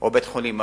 או בית-חולים.